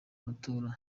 matora